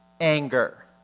anger